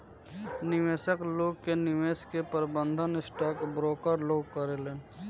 निवेशक लोग के निवेश के प्रबंधन स्टॉक ब्रोकर लोग करेलेन